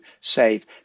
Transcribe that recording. save